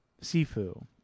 sifu